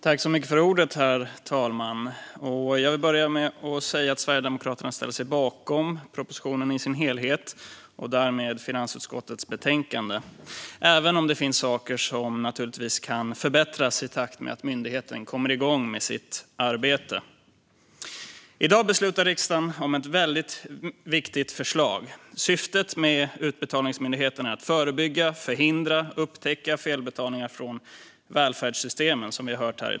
Herr talman! Jag vill börja med att säga att Sverigedemokraterna ställer sig bakom propositionen i dess helhet och därmed förslaget i finansutskottets betänkande, även om det finns saker som kan förbättras i takt med att myndigheten kommer igång med sitt arbete. I dag beslutar riksdagen om ett väldigt viktigt förslag. Syftet med Utbetalningsmyndigheten är att förebygga, förhindra och upptäcka felbetalningar från välfärdssystemen.